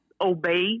obey